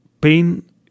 pain